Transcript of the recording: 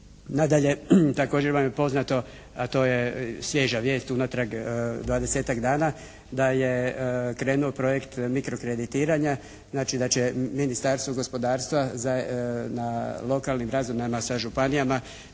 Nadalje također vam je poznato, a to je svježa vijest unatrag 20-tak dana da je krenuo projekt mikrokreditiranja. Znači da će Ministarstvo gospodarstva na lokalnim razinama sa županijama